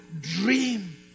dream